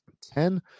Ten